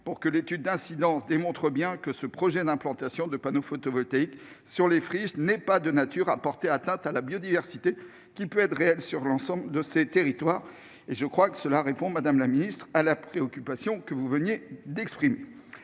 pour que l'étude d'incidence démontre bien que le projet d'implantation de panneaux photovoltaïques sur les friches n'est pas de nature à porter atteinte à la biodiversité, qui peut être importante sur ces territoires. Je crois que cela répond, madame la secrétaire d'État, à la préoccupation que vous venez d'exprimer.